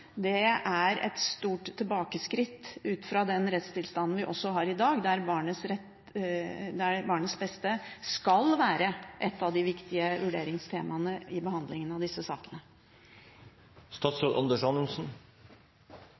er et stort tilbakeskritt ut fra den rettstilstanden vi også har i dag, der barnets beste «skal være» et av de viktige vurderingstemaene i behandlingen av disse sakene.